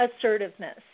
assertiveness